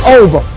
over